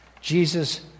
Jesus